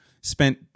spent